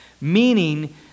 meaning